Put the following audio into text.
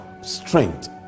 strength